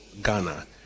Ghana